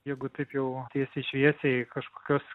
jeigu taip jau tiesiai šviesiai kažkokios